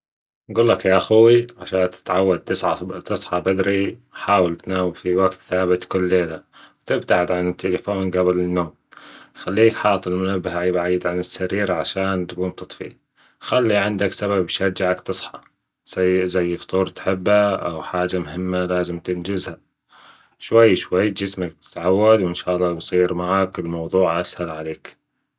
ببجولك يا خوي عشان تتعود تصحى بدري حاول تنام في وجت ثابت كل يوم وتبعد عن التليفون جبل النوم خليك حاطط المنبه بعيد عن السرير عشان تجوم تطفيه خلي عندك سبب يشجعك تصحى زي فطور تحبه أو حاجة مهمه لازم تنجزها شوي شوي جسمك بيتعود وان شا الله بيصير الموضوع أسهل عليك.